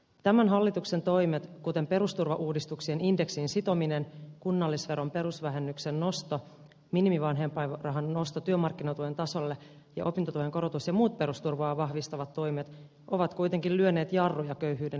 tämän hallituksen toimet kuten perusturvauudistuksien indeksiin sitominen kunnallisveron perusvähennyksen nosto minimivanhempainrahan nosto työmarkkinatuen tasolle ja opintotuen korotus ja muut perusturvaa vahvistavat toimet ovat kuitenkin lyöneet jarruja köyhyyden lisääntymiselle